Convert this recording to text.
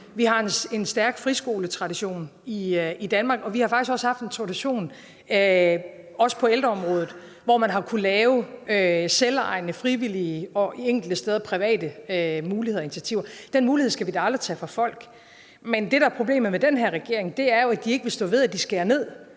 vi har en stærk friskoletradition i Danmark; og vi har faktisk også haft en tradition på ældreområdet, hvor man har kunnet have selvejende, frivillige og enkelte steder private muligheder og initiativer. Den mulighed skal vi da aldrig tage fra folk. Men det, der er problemet med den her regering, er jo, at de ikke vil stå ved, at de skærer ned